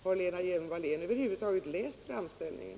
Har Lena Hjelm-Wallén över huvud taget läst framställningen?